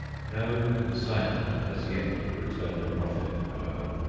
no consignment has yet returned a profit, however.